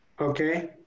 Okay